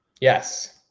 yes